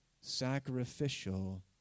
sacrificial